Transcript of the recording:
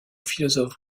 philosophe